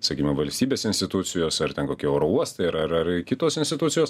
sakykime valstybės institucijos ar ten kokie oro uostą ar ar ar kitos institucijos